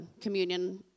communion